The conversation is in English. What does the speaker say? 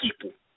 people